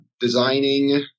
designing